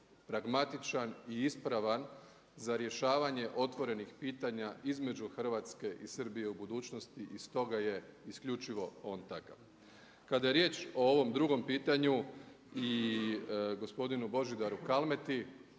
pragmatična i ispravan za rješavanje otvorenih pitanja između Hrvatske i Srbije u budućnosti. I stoga je isključivo on takav. Kada je riječ o ovom drugom pitanju i gospodinu Božidaru Kalmeti